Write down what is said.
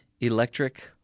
Electric